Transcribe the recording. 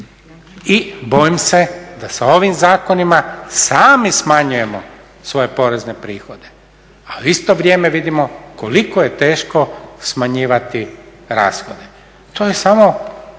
i bojim se da se ovim zakonima sami smanjujemo svoje porezne prihode a u isto vrijeme vidimo koliko je teško smanjivati rashode. To je samo